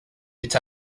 with